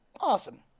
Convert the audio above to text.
Awesome